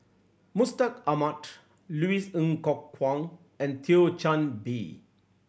Mustaq Ahmad Louis Ng Kok Kwang and Thio Chan Bee